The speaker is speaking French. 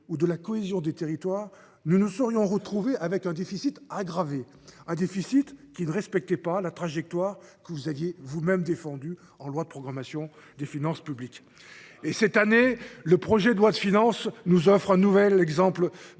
de la cohésion des territoires, nous nous serions retrouvés avec un déficit aggravé, un déficit qui ne respectait pas la trajectoire que vous aviez vous même défendue en loi de programmation des finances publiques. Cette année, le projet de loi de finances nous offre un nouvel exemple de